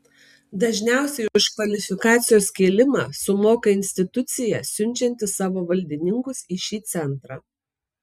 dažniausiai už kvalifikacijos kėlimą sumoka institucija siunčianti savo valdininkus į šį centrą